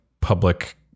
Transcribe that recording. public